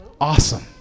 Awesome